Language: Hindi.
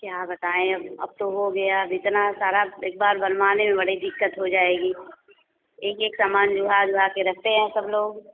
क्या बताएँ अब तो हो गया अब इतना सारा एक बार बनवाने में बड़ी दिक्कत हो जाएगी एक एक सामान जुड़ा जुड़ा के रखते हैं सब लोग बताएँ